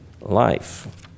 life